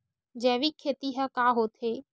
जैविक खेती ह का होथे?